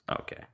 Okay